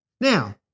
Now